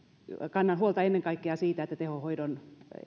kannan huolta ennen kaikkea siitä mikä tehohoidon